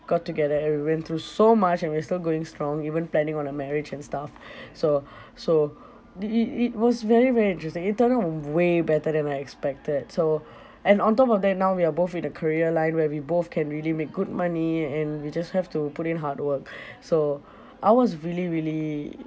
got together and we went through so much and we are still going strong even planning on a marriage and stuff so so di~ it it was very very interesting it turned out way better than I expected so and on top of that now we are both in a career line where we both can really make good money and we just have to put in hard work so I was really really